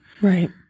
Right